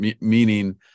meaning